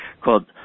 called